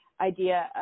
idea